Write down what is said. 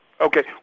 okay